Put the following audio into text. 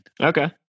Okay